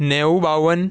નેવું બાવન